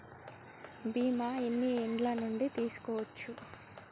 బీమా ఎన్ని ఏండ్ల నుండి తీసుకోవచ్చు?